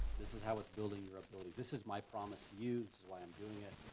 this is how it's building your abilities. this is my promise to you, this is why i'm doing it,